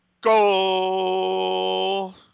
Goal